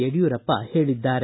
ಯಡಿಯೂರಪ್ಪ ಹೇಳಿದ್ದಾರೆ